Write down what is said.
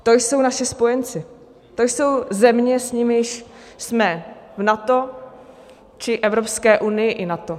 To jsou naši spojenci, to jsou země, s nimiž jsme v NATO či Evropské unii i NATO.